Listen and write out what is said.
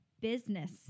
business